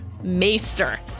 maester